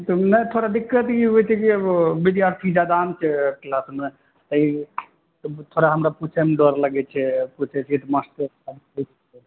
नहि थोड़ा दिक्कत ई होइ छै कि अब विद्यार्थी जादा ने छै क्लासमे तऽ ई तब थोड़ा हमरा पुछैमे डर लगै छै पुछै छियै तऽ मास्टर साहब किछु